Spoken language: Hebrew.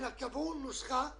קבעו נוסחה מסוימת.